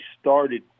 started